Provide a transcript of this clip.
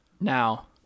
Now